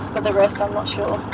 but the rest i'm not sure.